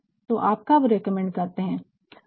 तो आप कब रेकमेंड करते है